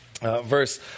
verse